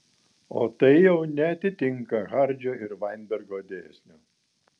o tai jau neatitinka hardžio ir vainbergo dėsnio